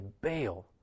bail